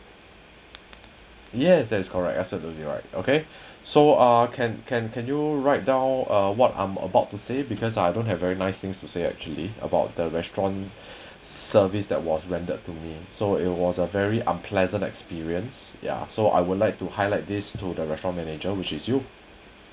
yes that's correct absolutely right okay so uh can can can you write down uh what I'm about to say because I don't have very nice things to say actually about the restaurant service that was rendered to me so it was a very unpleasant experience ya so I would like to highlight this to the restaurant manager which is you